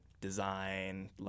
design